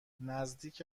نزدیک